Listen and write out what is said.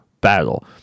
battle